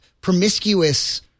promiscuous